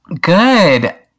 Good